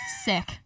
sick